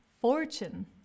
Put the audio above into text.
fortune